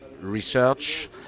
research